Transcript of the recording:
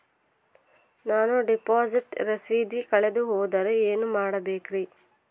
ನಾನು ಡಿಪಾಸಿಟ್ ರಸೇದಿ ಕಳೆದುಹೋದರೆ ಏನು ಮಾಡಬೇಕ್ರಿ?